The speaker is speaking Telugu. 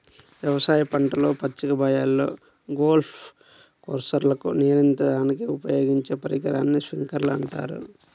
వ్యవసాయ పంటలు, పచ్చిక బయళ్ళు, గోల్ఫ్ కోర్స్లకు నీరందించడానికి ఉపయోగించే పరికరాన్ని స్ప్రింక్లర్ అంటారు